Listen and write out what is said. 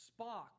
Spock